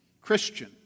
Christian